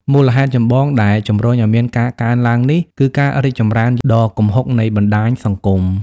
មូលហេតុចម្បងដែលជំរុញឱ្យមានការកើនឡើងនេះ គឺ ការរីកចម្រើនដ៏គំហុកនៃបណ្តាញសង្គម។